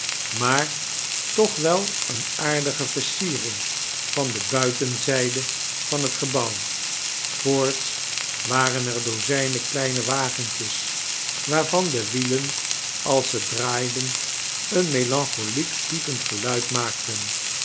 maar toch wel eeme aardige versiering van de buitenzijde van het gebouw voorts waren er dozijnen kleine wagentjes waarvan de wielen als ze draaiden een melancholiek piepend geluid maakten